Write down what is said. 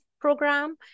program